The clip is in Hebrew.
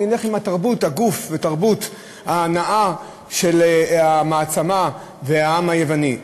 ונלך עם תרבות הגוף ותרבות ההנאה של המעצמה והעם היווני.